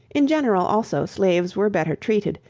in general also, slaves were better treated,